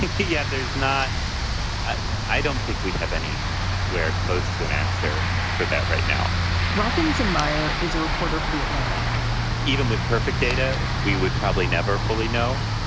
yeah, there's not i don't think we have any where close to an answer for that right now robbins and meyer is a reporter for the atlantic even with perfect data, we would probably never fully know.